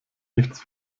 nichts